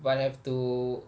but have to